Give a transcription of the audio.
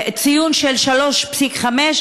ציון של 3.5,